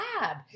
lab